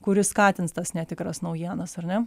kuri skatins tas netikras naujienas ar ne